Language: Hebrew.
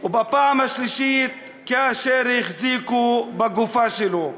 בפעם השלישית, כאשר החזיקו בגופה שלו.